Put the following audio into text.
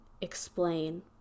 explain